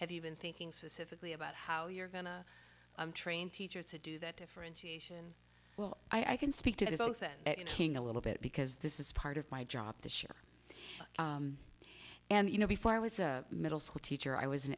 have you been thinking specifically about how you're going to train teachers to do that differentiation well i can speak to both it a little bit because this is part of my job this year and you know before i was a middle school teacher i was an